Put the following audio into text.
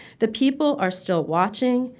the people are still watching.